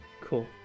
Cool